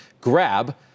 Grab